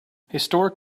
historic